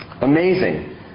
Amazing